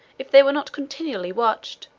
if they were not continually watched,